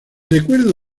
recuerdo